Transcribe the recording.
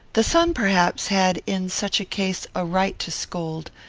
the son, perhaps, had, in such a case, a right to scold,